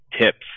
tips